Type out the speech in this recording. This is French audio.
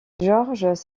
georges